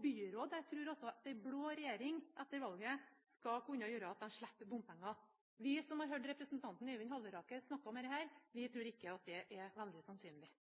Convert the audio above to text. Byrådet tror også at en blå regjering etter valget skal kunne gjøre at de slipper bompenger. Vi som har hørt representanten Øyvind Halleraker snakke om dette, tror ikke at det er veldig sannsynlig.